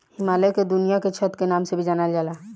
हिमालय के दुनिया के छत के नाम से भी जानल जाला